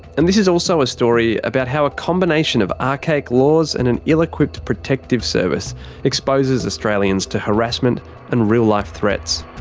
and this is also a story about how a combination of archaic laws, and an ill-equipped protective service exposes australians to harassment and real-life threats.